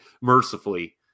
mercifully